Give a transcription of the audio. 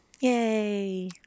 Yay